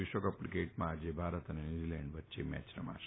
વિશ્વકપ ક્રિકેટમાં આજે ભારત અને ન્યૂઝીલેન્ઠ વચ્ચે મેચ રમાશે